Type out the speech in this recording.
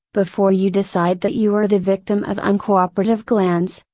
before you decide that you are the victim of uncooperative glands,